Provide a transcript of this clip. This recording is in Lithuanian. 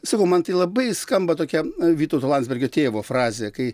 sakau man tai labai skamba tokia vytauto landsbergio tėvo frazė kai